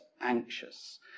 anxious